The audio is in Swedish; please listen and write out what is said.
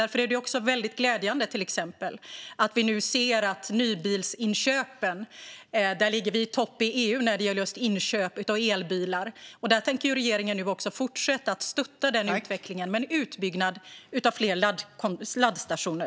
Därför är det glädjande att vi ser att Sverige ligger i topp i EU vad gäller nybilsinköpen av elbilar. Regeringen tänker fortsätta att stötta utvecklingen med en utbyggnad av fler laddstationer.